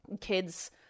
Kids